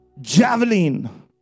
javelin